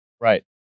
Right